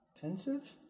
pensive